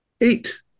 Eight